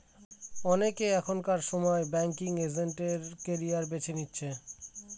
অনেকে এখনকার সময় ব্যাঙ্কিং এজেন্ট এর ক্যারিয়ার বেছে নিচ্ছে